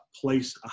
place